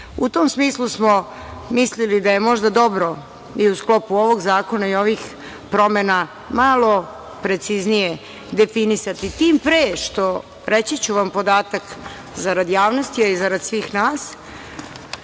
tom smislu smo mislili da je možda dobro i u sklopu ovog zakona i ovih promena malo preciznije definisati, tim pre što, reći ću vam podatak zarad javnosti i zarad svih nas,